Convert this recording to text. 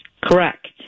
Correct